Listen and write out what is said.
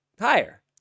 higher